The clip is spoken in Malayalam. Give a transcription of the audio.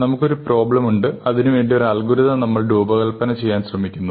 നമുക്ക് ഒരു പ്രോബ്ലമുണ്ട് അതിനുവേണ്ടി ഒരു അൽഗോരിതം നമ്മൾ രൂപകൽപ്പന ചെയ്യാൻ ശ്രമിക്കുന്നു